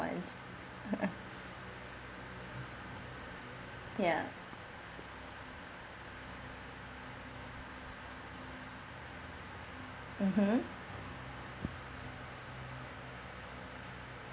ones ya mmhmm